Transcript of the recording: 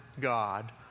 God